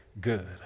good